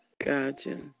Gotcha